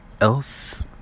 else